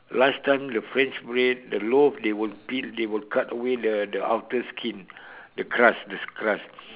last time the french bread the loaf they will peel they will cut away the the outer skin the crust the crust